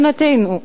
אצל שכנתנו,